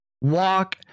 walk